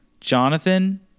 Jonathan